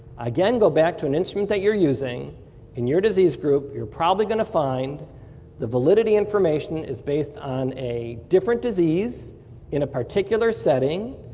again, go back to an instrument that you're using in your disease group, you're probably going to find the validity of information is based on a different disease in a particular setting,